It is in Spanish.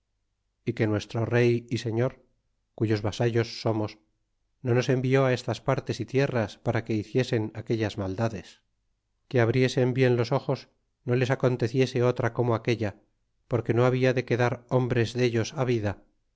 y que nuestro rey y señor cuyos vasallos somos no nos envió estas partes y tierras para que hiciesen aquellas maldades y que abriesen bien los ojos no les aconteciese otra como aquella porque no habla de quedar hombres dellos vida